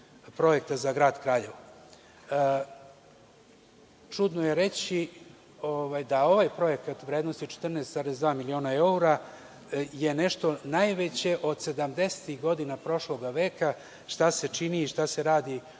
projekta za grad Kraljevo. Čudno je reći da ovaj projekat vrednosti 14,2 miliona evra je nešto najveće od 70-ih godina prošlog veka šta se čini i šta se radi